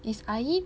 is Ain